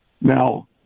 Now